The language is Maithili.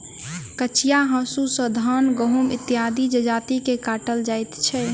कचिया हाँसू सॅ धान, गहुम इत्यादि जजति के काटल जाइत छै